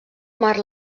marc